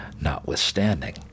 notwithstanding